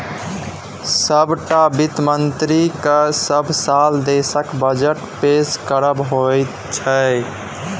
सभटा वित्त मन्त्रीकेँ सभ साल देशक बजट पेश करब होइत छै